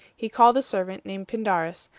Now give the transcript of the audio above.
he called a servant, named pindarus,